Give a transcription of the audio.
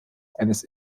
eines